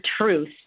truth